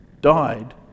died